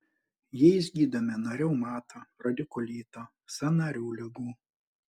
jais gydome nuo reumato radikulito sąnarių ligų